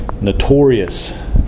notorious